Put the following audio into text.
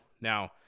Now